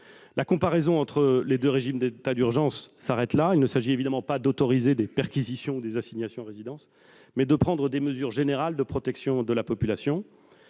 La comparaison entre les deux régimes d'état d'urgence s'arrête là. Il s'agit évidemment non pas d'autoriser des perquisitions, des assignations à résidence, mais de prendre des mesures générales de protection de la population.